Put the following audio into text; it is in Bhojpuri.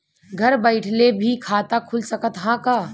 घरे बइठले भी खाता खुल सकत ह का?